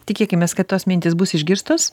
tikėkimės kad tos mintys bus išgirstos